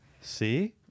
See